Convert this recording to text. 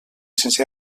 sense